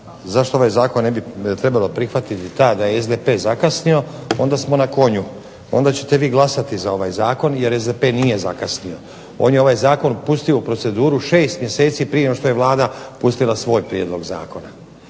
zašto ovaj zakon ne bi trebalo prihvatiti ta da je SDP zakasnio onda smo na konju, onda ćete vi glasati za ovaj zakon jer SDP nije zakasnio. On je ovaj zakon pustio u proceduru 6 mjeseci prije nego što je Vlada pustila svoj prijedlog zakona.